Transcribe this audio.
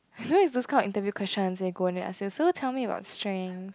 I know it's those kind of interview question and say go in and ask you so tell me about strength